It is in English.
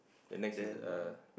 the next is uh